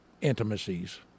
intimacies